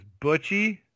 Butchie